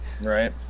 Right